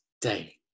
day